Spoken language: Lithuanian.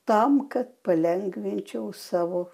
tam kad palengvinčiau savo